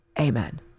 Amen